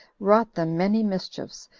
wrought them many mischiefs,